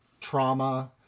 trauma